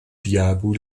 diabo